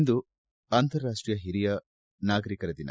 ಇಂದು ಅಂತಾರಾಷ್ಟೀಯ ಹಿರಿಯ ನಾಗರಿಕರ ದಿನ